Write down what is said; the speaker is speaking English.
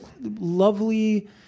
lovely